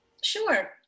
Sure